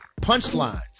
punchlines